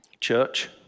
church